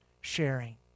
sharing